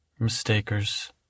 mistakers